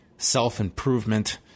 self-improvement